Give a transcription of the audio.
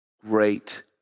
Great